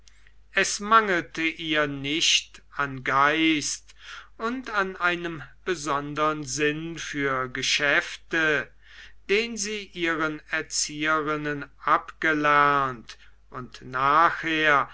es mangelte ihr nicht an geist und einem besondern sinn für geschäfte den sie ihren erzieherinnen abgelernt und nachher